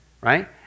right